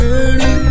Early